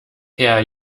herr